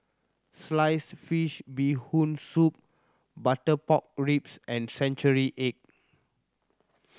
sliced fish Bee Hoon Soup butter pork ribs and century egg